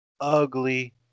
Ugly